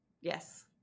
Yes